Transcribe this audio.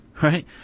Right